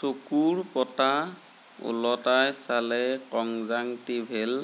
চকুৰ পতা উলটাই চালে কনজাংটিভেল